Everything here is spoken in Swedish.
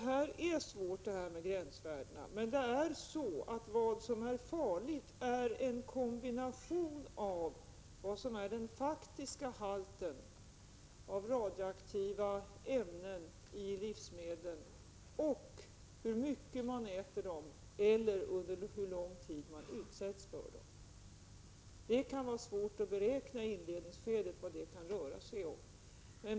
Fru talman! Detta med gränsvärden är svårt. Men vad som är farligt är en kombination av den faktiska halten av radioaktiva ämnen i livsmedel och mängden av de radioaktiva ämnen som man äter eller den tid under vilken man utsätts för dessa ämnen. I ett inledningsskede kan det vara svårt att beräkna vad det kan röra sig om.